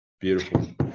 Beautiful